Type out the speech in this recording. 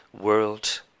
world